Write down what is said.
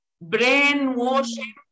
brainwashing